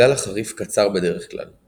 הגל החריף קצר בדרך כלל.